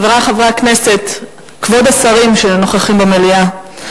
חברי חברי הכנסת, כבוד השרים שנוכחים במליאה,